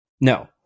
No